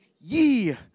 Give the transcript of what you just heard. ye